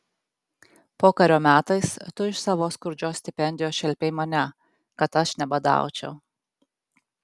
pokario metais tu iš savo skurdžios stipendijos šelpei mane kad aš nebadaučiau